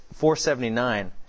479